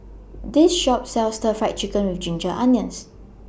This Shop sells Stir Fried Chicken with Ginger Onions